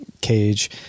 cage